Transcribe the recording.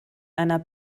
einer